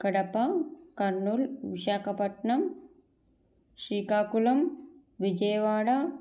Kadapa Kurnool Visakhapatnam Srikakulam Vijayawada